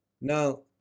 Now